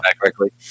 correctly